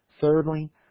Thirdly